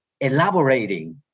elaborating